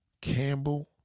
Campbell